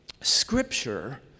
Scripture